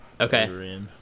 Okay